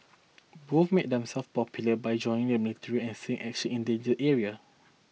both made themselves popular by joining the military and seeing action in danger area